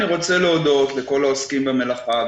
אני רוצה להודות לכל העוסקים במלאכה,